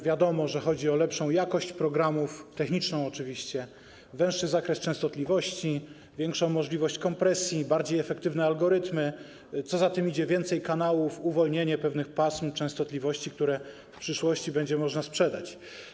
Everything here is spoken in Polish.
Wiadomo, że chodzi o lepszą jakość programów, oczywiście techniczną, węższy zakres częstotliwości, większą możliwość kompresji, bardziej efektywne algorytmy, a co za tym idzie - więcej kanałów, uwolnienie pewnych pasm częstotliwości, które w przyszłości będzie można sprzedać.